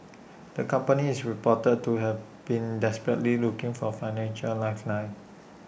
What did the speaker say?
the company is reported to have been desperately looking for financial lifeline